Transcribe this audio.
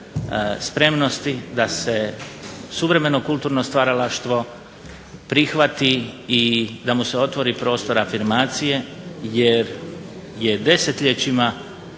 spremnosti da se suvremeno kulturno stvaralaštvo prihvati i da mu se otvori prostor afirmacije jer je desetljećima